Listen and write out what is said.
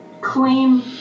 claim